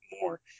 more